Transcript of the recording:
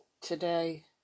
Today